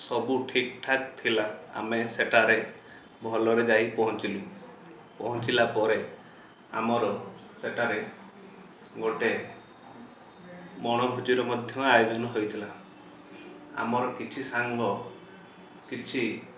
ସବୁ ଠିକ୍ ଠାକ୍ ଥିଲା ଆମେ ସେଠାରେ ଭଲରେ ଯାଇ ପହଞ୍ଚିଲୁ ପହଞ୍ଚିଲା ପରେ ଆମର ସେଠାରେ ଗୋଟେ ବଣ ଭୋଜିର ମଧ୍ୟ ଆୟୋଜନ ହୋଇଥିଲା ଆମର କିଛି ସାଙ୍ଗ କିଛି